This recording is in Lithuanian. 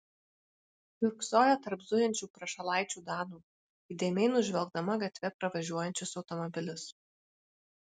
kiurksojo tarp zujančių prašalaičių danų įdėmiai nužvelgdama gatve pravažiuojančius automobilius